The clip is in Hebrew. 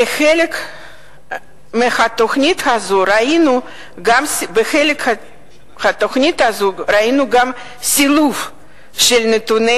כחלק מהתוכנית הזו ראינו גם סילוף של נתוני